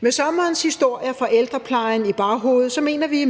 Med sommerens historier fra ældreplejen i baghovedet, mener vi